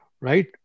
right